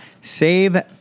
save